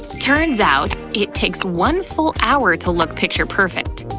turns out, it takes one full hour to look picture perfect.